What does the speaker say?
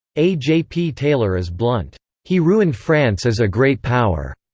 a. j. p. taylor is blunt he ruined france as a great power.